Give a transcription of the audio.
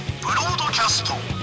broadcast